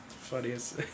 funniest